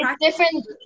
different